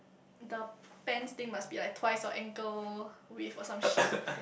the pants thing must be like twice of ankle with or some shit